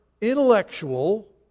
intellectual